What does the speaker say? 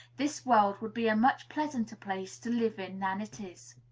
this world would be a much pleasanter place to live in than it is.